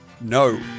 No